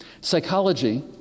Psychology